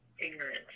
ignorance